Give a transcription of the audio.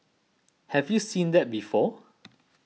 have you seen that before